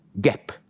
gap